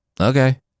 Okay